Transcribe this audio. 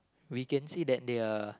we can say that they are